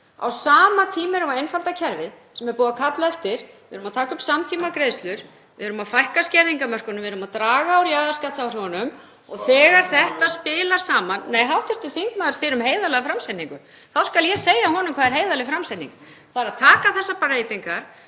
Á sama tíma erum við að einfalda kerfið sem er búið að kalla eftir. Við erum að taka upp samtímagreiðslur. Við erum að fækka skerðingarmörkunum. Við erum að draga úr jaðarskattsáhrifunum og þegar þetta spilar saman … (Gripið fram í.) — Nei, hv. þingmaður spyr um heiðarlega framsetningu. Þá skal ég segja honum hvað er heiðarleg framsetning. Það er að taka þessar breytingar